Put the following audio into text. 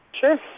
sure